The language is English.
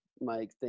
Mike